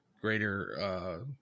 greater